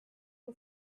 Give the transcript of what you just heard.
her